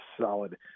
solid